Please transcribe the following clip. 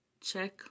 check